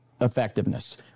effectiveness